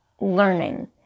learning